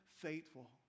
faithful